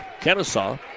Kennesaw